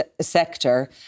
sector